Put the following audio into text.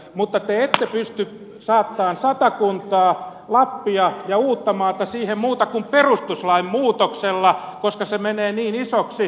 mutta te ette pysty saattamaan satakuntaa lappia ja uuttamaata siihen muuten kuin perustuslain muutoksella koska se menee niin isoksi